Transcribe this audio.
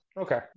Okay